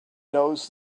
knows